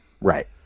Right